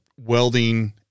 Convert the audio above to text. welding